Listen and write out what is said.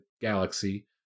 galaxy